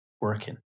working